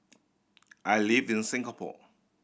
I live in Singapore